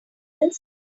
this